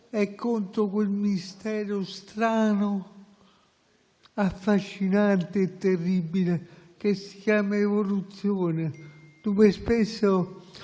è contro quel mistero strano, affascinante e terribile che si chiama evoluzione, in cui spesso